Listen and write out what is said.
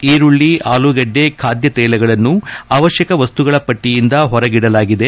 ಈರುಳ್ಳಿ ಆಲೂಗಡ್ಡೆ ಖಾದ್ಯತ್ಯೆಲಗಳನ್ನು ಅವಶ್ಯಕ ವಸ್ತುಗಳ ಪಟ್ಟೆಯಿಂದ ಹೊರಗಿಡಲಾಗಿದೆ